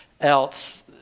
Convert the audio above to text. else